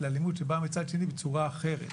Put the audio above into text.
לאלימות שבאה מצד שני בצורה אחרת.